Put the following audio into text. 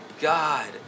God